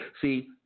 See